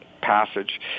passage